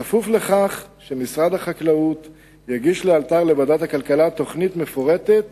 כפוף לכך שמשרד החקלאות יגיש לאלתר לוועדת הכלכלה תוכנית מפורטת